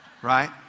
Right